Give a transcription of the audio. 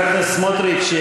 חבר הכנסת סמוטריץ,